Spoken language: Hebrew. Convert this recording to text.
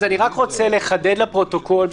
אז אני רק רוצה לחדד לפרוטוקול,